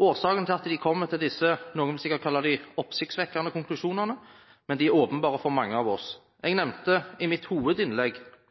Årsakene til at de kommer til disse konklusjonene – noen vil sikkert kalle dem oppsiktsvekkende – er åpenbare for mange av oss. Jeg nevnte i mitt hovedinnlegg